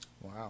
Wow